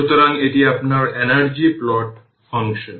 সুতরাং এটি আপনার এনার্জি প্লট ফাংশন